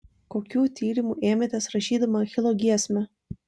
kokių tyrimų ėmėtės rašydama achilo giesmę